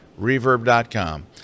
Reverb.com